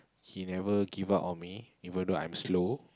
he never give up on me even though I'm slow